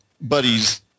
buddies